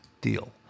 deal